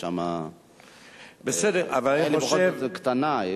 ישראל בכל זאת קטנה.